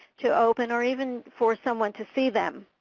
to open or even for someone to see them.